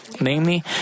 Namely